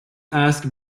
ask